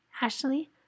Ashley